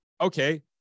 okay